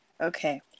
Okay